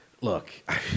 look